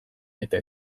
eta